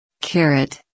Carrot